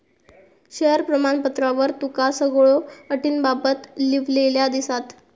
share प्रमाणपत्रावर तुका सगळ्यो अटींबाबत लिव्हलेला दिसात